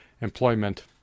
employment